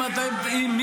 הבטחת.